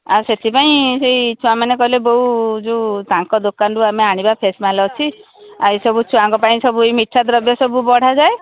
ଆଉ ସେଥିପାଇଁ ସେଇ ଛୁଆମାନେ କହିଲେ ବୋଉ ଯେଉଁ ତାଙ୍କ ଦୋକାନରୁ ଆମେ ଆଣିବା ଫ୍ରେଶ୍ ମାଲ୍ ଅଛି ଆଉ ଏଇସବୁ ଛୁଆଙ୍କ ପାଇଁ ସବୁ ମିଠା ଦ୍ରବ୍ୟ ସବୁ ବଢ଼ାଯାଏ